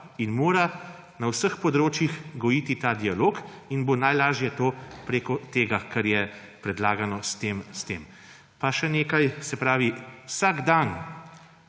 in mora na vseh področjih gojiti ta dialog in bo najlažje to preko tega, kar je predlagano s tem. Pa še nekaj. Se pravi, vsak dan,